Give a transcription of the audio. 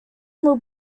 will